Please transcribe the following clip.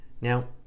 now